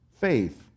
faith